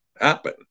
happen